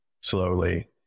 slowly